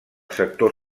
sector